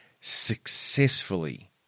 successfully